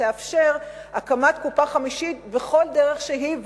שתאפשר הקמת קופה חמישית בכל דרך שהיא,